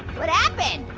what happened?